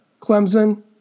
Clemson